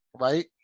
right